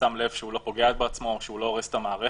שם לב שהוא לא פוגע בעצמו או שהוא לא הורס את המערכת,